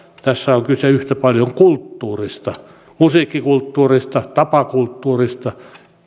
tässä on kyse yhtä paljon kulttuurista musiikkikulttuurista tapakulttuurista